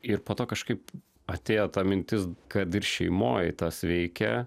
ir po to kažkaip atėjo ta mintis kad ir šeimoj tas veikia